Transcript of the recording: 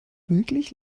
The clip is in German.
wirklich